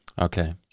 okay